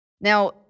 Now